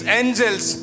angels